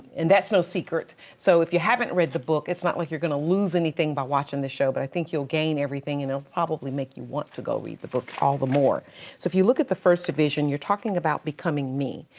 and that's no secret so if you haven't read the book, it's not like you're gonna lose anything by watching the show but i think you'll gain everything and it'll probably make you want to go read the book all the more. so if you look at the first division, you're talking about becoming me.